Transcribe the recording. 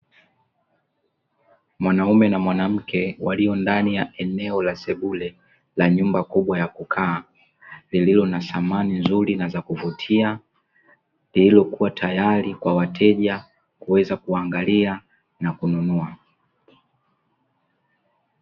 Mwanaume na mwanamke walio ndani ya eneo la sebule la nyumba kubwa ya kukaa, lililo na samani nzuri na za kuvutia lililokuwa tayari kwa wateja kuweza kuangalia na kununua.